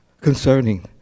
concerning